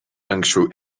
anksčiau